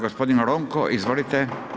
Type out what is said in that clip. Gospodin Ronko, izvolite.